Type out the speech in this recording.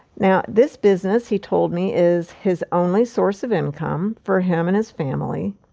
now, this business, he told me, is his only source of income for him and his family.